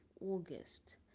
August